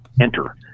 enter